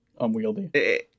unwieldy